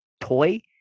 toy